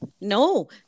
No